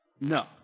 No